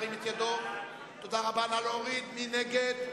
מי נגד?